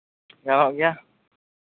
ᱜᱟᱱᱚᱜ ᱜᱮᱭᱟ